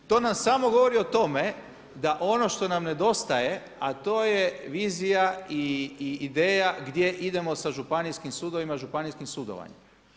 To nam samo govori o tome da ono što nam nedostaje, a to je vizija i ideja gdje idemo sa županijskim sudovima županijskim sudovanjem.